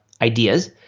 ideas